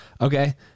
Okay